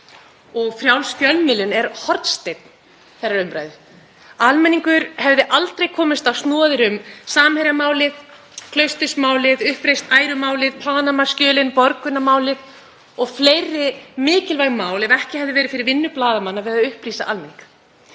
og frjáls fjölmiðlun er hornsteinn þeirrar umræðu. Almenningur hefði aldrei komist á snoðir um Samherjamálið, Klaustursmálið, uppreisn æru málið, Panama-skjölin, Borgunarmálið og fleiri mikilvæg mál ef ekki hefði verið fyrir vinnu blaðamanna við að upplýsa almenning.